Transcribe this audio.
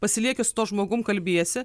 pasilieki su tuo žmogum kalbiesi